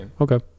okay